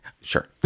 sure